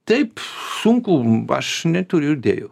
taip sunku aš neturiu idėjų